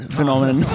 phenomenon